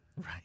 Right